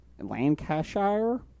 lancashire